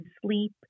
sleep